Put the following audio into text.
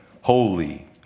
Holy